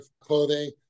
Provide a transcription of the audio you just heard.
clothing